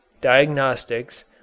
diagnostics